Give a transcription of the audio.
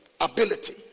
ability